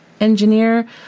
engineer